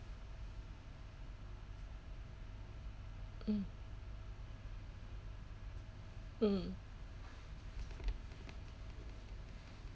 mm mm